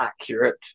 accurate